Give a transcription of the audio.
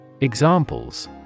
Examples